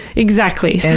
exactly.